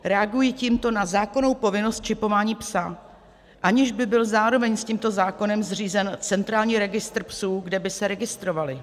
Reaguji tímto na zákonnou povinnost čipování psa, aniž by byl zároveň s tímto zákonem zřízen centrální registr psů, kde by se registrovali.